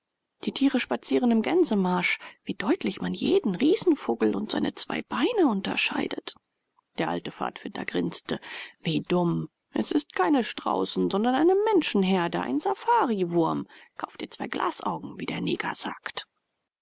die tiere spazieren im gänsemarsch wie deutlich man jeden riesenvogel und seine zwei beine unterscheidet der alte pfadfinder grinste wie dumm es ist keine straußen sondern eine menschenherde ein safariwurm kauf dir zwei glasaugen wie der neger sagt